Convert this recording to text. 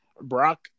Brock